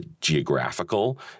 geographical